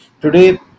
today